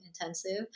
intensive